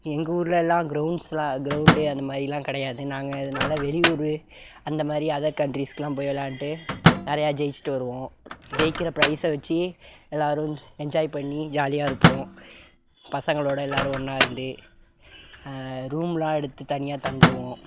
எங்கள் ஊரில்லாம் கிரவுண்ட்ஸ்லாம் கிரவுண்டு அந்த மாதிரிலாம் கிடையாது நாங்கள் அதனால வெளியூர் அந்த மாதிரி அதர் கண்ட்ரீஸ்க்குலாம் போய் விளையாண்டுட்டு நிறையா ஜெயிச்சுட்டு வருவோம் ஜெயிக்கிற பிரைஸ் வச்சு எல்லோரும் என்ஜாய் பண்ணி ஜாலியாக இருப்போம் பசங்களோடு எல்லோரும் ஒன்னா இருந்து ரூம்லாம் எடுத்து தனியாக தங்குவோம்